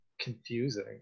confusing